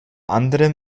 anderem